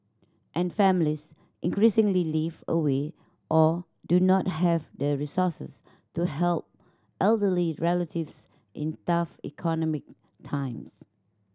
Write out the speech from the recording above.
and families increasingly live away or do not have the resources to help elderly relatives in tough economic times